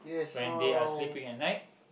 when they are sleeping at night